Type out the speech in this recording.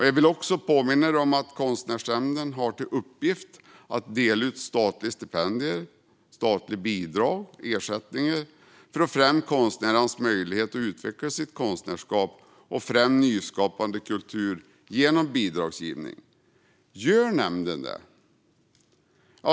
Jag vill också påminna er om att Konstnärsnämnden har till uppgift att dela ut statliga stipendier, bidrag och ersättningar för att främja konstnärers möjligheter att utveckla sitt konstnärskap samt främja nyskapande kultur genom bidragsgivning. Gör då nämnden det?